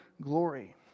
glory